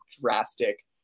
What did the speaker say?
drastic